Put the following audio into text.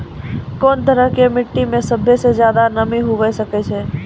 कोन तरहो के मट्टी मे सभ्भे से ज्यादे नमी हुये सकै छै?